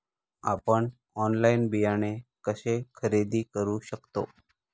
आपण ऑनलाइन बियाणे कसे खरेदी करू शकतो?